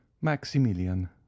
maximilian